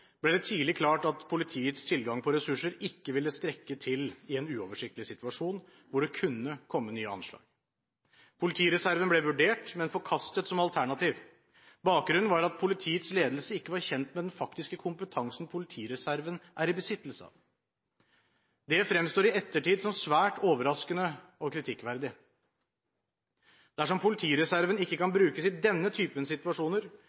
ble det tidlig klart at politiets tilgang på ressurser ikke ville strekke til i en uoversiktlig situasjon, hvor det kunne komme nye anslag. Politireserven ble vurdert, men forkastet som alternativ. Bakgrunnen var at politiets ledelse ikke var kjent med den faktiske kompetansen politireserven er i besittelse av. Det fremstår i ettertid som svært overraskende og kritikkverdig. Dersom politireserven ikke kan brukes i denne typen situasjoner,